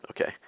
okay